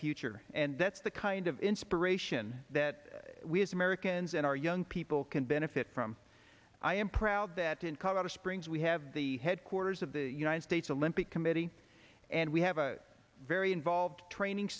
future and that's the kind of inspiration that we as americans and our young people can benefit from i am proud that in colorado springs we have the headquarters of the united states olympic committee and we have a very involved training